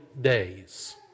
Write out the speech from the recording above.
days